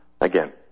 again